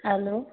hello